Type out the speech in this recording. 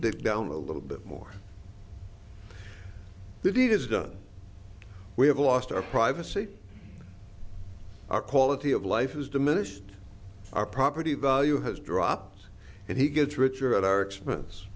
dig down a little bit more the deed is done we have lost our privacy our quality of life has diminished our property value has dropped and he gets richer at our expense